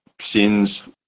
sins